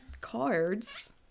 cards